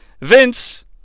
Vince